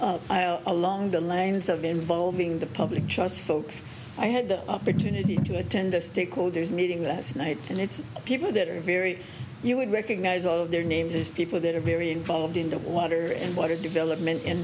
pelham along the lines of involving the public trust folks i had the opportunity to attend a state calder's meeting last night and it's people that are very you would recognize all of their names as people that are very involved in the water and water development and